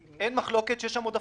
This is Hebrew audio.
אין מחלוקת על כך שיש שם עודפים.